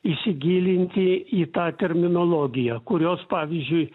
įsigilinti į tą terminologiją kurios pavyzdžiui